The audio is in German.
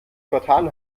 vertan